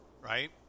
Right